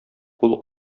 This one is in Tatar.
кул